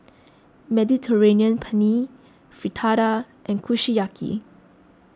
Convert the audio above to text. Mediterranean Penne Fritada and Kushiyaki